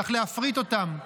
צריך להפריט אותם.